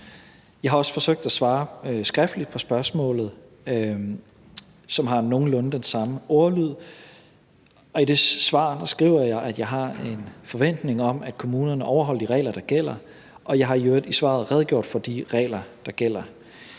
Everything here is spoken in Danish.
Jeg har også forsøgt at svare skriftligt på spørgsmålet, som har nogenlunde den samme ordlyd, og i det svar skriver jeg, at jeg har en forventning om, at kommunerne overholder de regler, der gælder. Og jeg har i øvrigt i svaret redegjort for de regler, der gælder.